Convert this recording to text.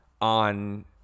on